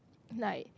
like